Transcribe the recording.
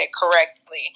correctly